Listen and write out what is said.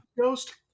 ghost